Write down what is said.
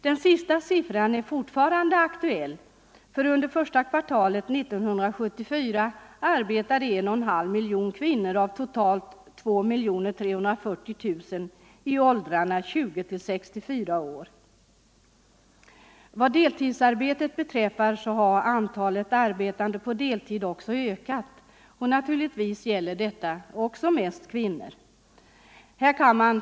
Den sista siffran är fortfarande aktuell, för under det första kvartalet 1974 arbetade 1,5 miljoner kvinnor av totalt 2 340 000 i åldrarna 20-64 år. Antalet arbetande på deltid har också ökat, och även detta gäller naturligtvis främst kvinnor.